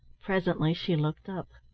presently she looked up.